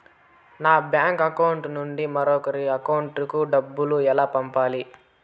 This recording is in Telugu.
నా బ్యాంకు అకౌంట్ నుండి మరొకరి అకౌంట్ కు డబ్బులు ఎలా పంపాలి